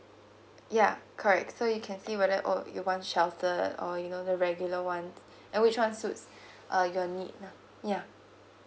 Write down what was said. yeah correct so you can see whether oh you want sheltered or you know the regular one which one suits uh your need lah yeah